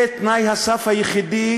זה תנאי הסף היחידי